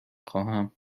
خواهم